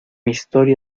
historia